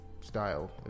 style